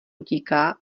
utíká